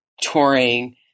touring